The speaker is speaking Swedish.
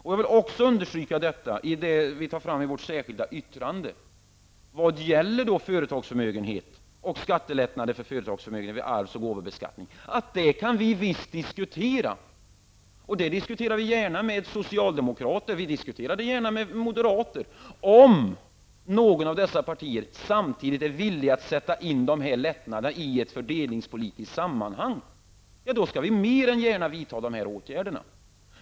Jag vill också understryka det vi berör i vårt särskilda yttrande vad gäller företagsförmögenhet och skattelättnader för företag i arvs och gåvobeskattning. Visst kan vi diskutera dessa frågor, och vi diskuterar dem gärna med socialdemokrater och med moderater om man i något av dessa partier samtidigt är villiga att sätta in dessa lättnader i ett fördelningspolitiskt sammanhang. Då skall vi mer än gärna vara med att vidta dessa åtgärder.